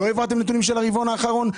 לא העברתם נתונים מהרבעון האחרון?